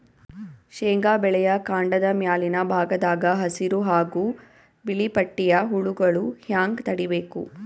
ಶೇಂಗಾ ಬೆಳೆಯ ಕಾಂಡದ ಮ್ಯಾಲಿನ ಭಾಗದಾಗ ಹಸಿರು ಹಾಗೂ ಬಿಳಿಪಟ್ಟಿಯ ಹುಳುಗಳು ಹ್ಯಾಂಗ್ ತಡೀಬೇಕು?